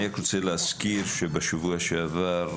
אני רוצה להזכיר שבשבוע שעבר,